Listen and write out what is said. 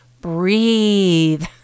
breathe